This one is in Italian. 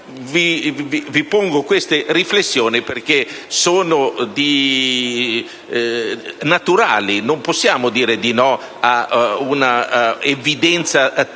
Vi sottopongo queste riflessioni perché sono naturali: non possiamo dire di no a tali evidenze.